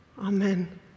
Amen